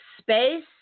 space